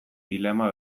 dilema